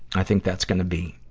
i think that's gonna be